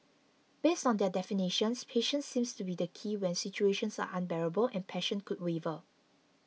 based on there definitions patience seems to be the key when situations are unbearable and passion could waver